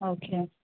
okay